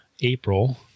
April